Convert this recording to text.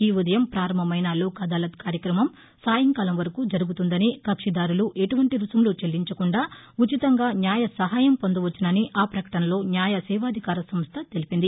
ఈ ఉదయం ప్రారంభమైస లోక్ అదాలత్ కార్యక్రమం సాయంకాలం వరకు జరుగుతుందని కక్షిదారులు ఎటువంటి రుసుములు చెల్లించకుండా ఉచితంగా న్యాయ సహాయం పొందవచ్చునని ఆ ప్రకటనలో న్యాయసేవాధికార సంస్ల తెలిపింది